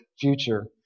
future